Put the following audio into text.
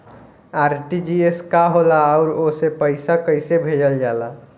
RTGS का होला आउरओ से पईसा कइसे भेजल जला?